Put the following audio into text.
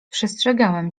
przestrzegałem